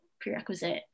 prerequisite